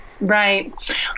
Right